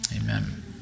Amen